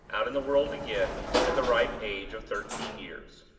out in the world again, at the ripe age of thirteen years!